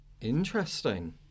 Interesting